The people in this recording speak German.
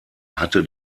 hatte